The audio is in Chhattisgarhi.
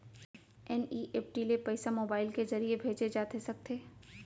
एन.ई.एफ.टी ले पइसा मोबाइल के ज़रिए भेजे जाथे सकथे?